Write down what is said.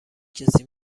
کسی